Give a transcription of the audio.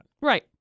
Right